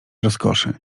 rozkoszy